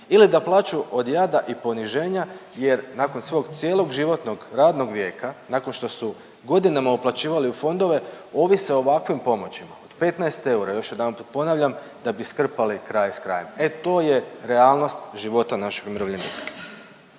ili da plaču od jada i poniženja jer nakon svog cjeloživotnog radnog vijeka, nakon što su godinama uplaćivali u fondove ovise o ovakvim pomoćima od 15 eura, još jedanput ponavljam da bi skrpali kraj s krajem. E to je realnost života naših umirovljenika.